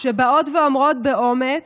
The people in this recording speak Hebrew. שבאות ואומרות באומץ